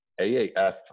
AAF